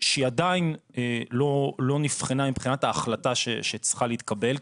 שהיא עדיין לא נבחנה מבחינת ההחלטה שצריכה להתקבל,